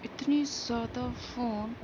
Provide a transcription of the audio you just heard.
اتنی زیادہ فون